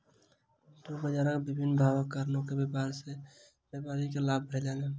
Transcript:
दू बजारक भिन्न भावक कारणेँ व्यापार सॅ व्यापारी के लाभ भेलैन